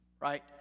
right